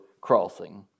crossing